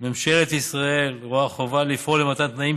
ממשלת ישראל רואה חובה לפעול למתן תנאים